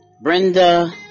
Brenda